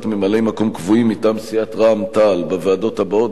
ממלאי-מקום קבועים מטעם סיעת רע"ם-תע"ל בוועדות הבאות,